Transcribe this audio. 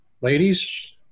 Ladies